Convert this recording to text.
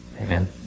Amen